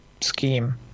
scheme